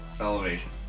elevation